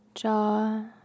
Jaw